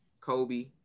Kobe